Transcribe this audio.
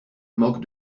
moque